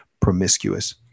promiscuous